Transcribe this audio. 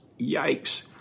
Yikes